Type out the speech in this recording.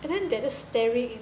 and then they are just staring